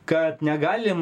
kad negalim